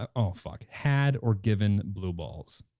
ah oh fuck, had or given blue balls.